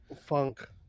Funk